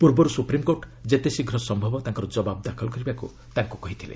ପୂର୍ବରୁ ସୁପ୍ରିମ୍କୋର୍ଟ ଯେତେ ଶୀଘ୍ର ସମ୍ଭବ ତାଙ୍କର ଜବାବ୍ ଦାଖଲ କରିବାକୁ ତାଙ୍କୁ କହିଥିଲେ